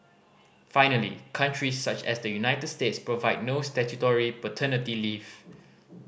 finally countries such as the United States provide no statutory paternity leave